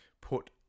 Put